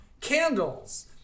candles